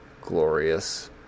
glorious